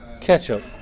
ketchup